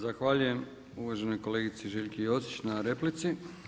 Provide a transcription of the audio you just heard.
Zahvaljujem uvaženom kolegici Željki Josić na replici.